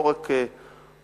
לא רק הסטודנטים,